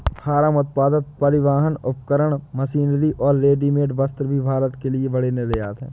farm उत्पाद, परिवहन उपकरण, मशीनरी और रेडीमेड वस्त्र भी भारत के लिए बड़े निर्यात हैं